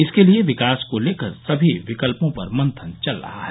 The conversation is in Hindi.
इसके लिए विकास को लेकर सभी विकल्पों पर मंथन चल रहा है